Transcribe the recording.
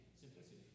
Simplicity